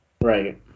right